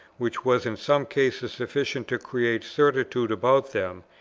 which was in some cases sufficient to create certitude about them,